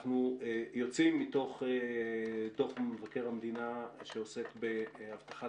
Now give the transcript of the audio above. אנחנו יוצאים מתוך דוח מבקר המדינה שעוסק בהבטחת